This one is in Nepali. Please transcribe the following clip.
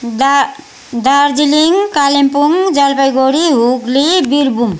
दा दार्जिलिङ कालिम्पोङ जलपाइगुडी हुगली वीरभूम